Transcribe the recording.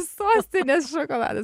sostinės šokoladas